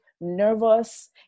nervous